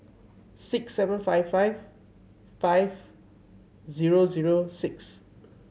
six seven five five five zero zero six